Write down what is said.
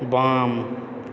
बाम